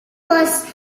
was